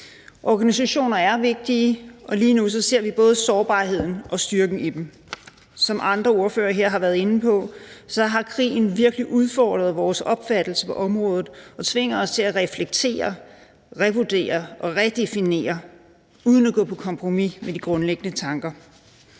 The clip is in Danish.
Organisationer er vigtige, og lige nu ser vi både sårbarheden og styrken i dem. Som andre ordførere her har været inde på, har krigen virkelig udfordret vores opfattelse af området og tvinger os til at reflektere, revurdere og redefinere uden at gå på kompromis med de grundlæggende tanker.